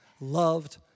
loved